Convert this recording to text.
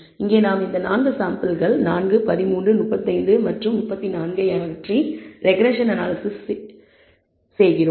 இங்கே நாம் இந்த 4 சாம்பிள்கள் 4 13 35 மற்றும் 34 இவற்றை அகற்றி ரெக்ரெஸ்ஸன் அனாலிசிஸ் மீண்டும் இயக்குகிறோம்